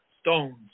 stones